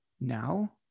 now